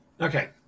Okay